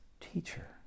teacher